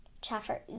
Chaffer